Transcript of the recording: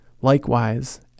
Likewise